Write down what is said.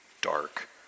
dark